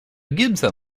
gibson